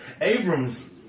Abram's